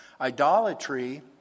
Idolatry